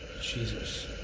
Jesus